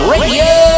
Radio